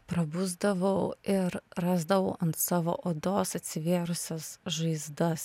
prabusdavau ir rasdavau ant savo odos atsivėrusias žaizdas